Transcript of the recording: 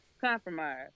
compromise